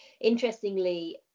interestingly